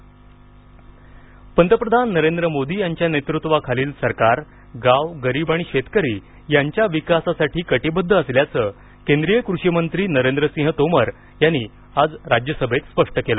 तोमर पंतप्रधान नरेंद्र मोदी यांच्या नेतृत्वाखालील सरकार गाव गरीब आणि शेतकरी यांच्या विकासासाठी कटिबद्ध असल्याचं केंद्रीय कृषिमंत्री नरेंद्रसिंह तोमर यांनी आज राज्यसभेत स्पष्ट केलं